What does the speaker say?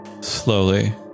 slowly